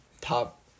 top